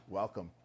welcome